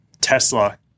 Tesla